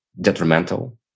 detrimental